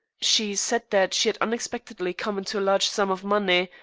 she said that she had unexpectedly come into a large sum of money,